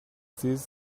this